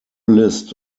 list